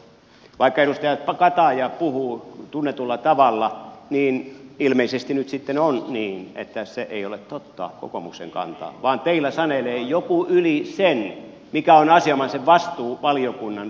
vaikka edustaja kataja puhuu tunnetulla tavalla niin ilmeisesti nyt sitten on niin että se ei ole totta kokoomuksen kanta vaan teillä sanelee joku yli sen mikä on asianomaisen vastuuvaliokunnan vastuuhenkilön kanta